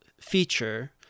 feature